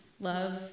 love